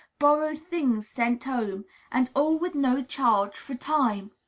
borrowed things sent home and all with no charge for time?